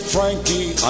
Frankie